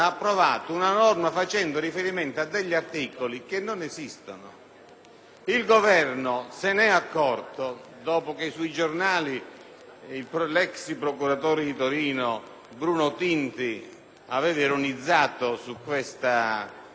Il Governo, che se ne è accorto dopo che sui giornali l'ex procuratore aggiunto di Torino, Bruno Tinti, aveva ironizzato su questo infortunio, ha presentato un emendamento